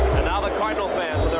and now the cardinal fans,